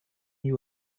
you